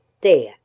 There